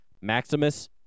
Maximus